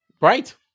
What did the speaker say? right